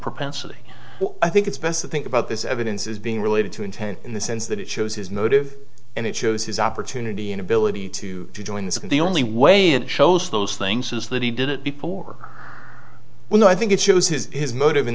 propensity i think it's best to think about this evidence is being related to intent in the sense that it shows his motive and it shows his opportunity inability to join this and the only way it shows those things is that he did it people will know i think it shows his his motive in